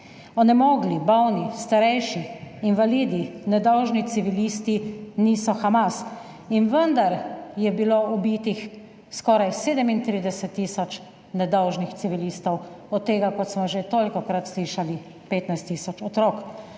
Onemogli, bolni, starejši, invalidi, nedolžni civilisti niso Hamas. In vendar je bilo ubitih skoraj 37 tisoč nedolžnih civilistov, od tega, kot smo že tolikokrat slišali, 15 tisoč otrok,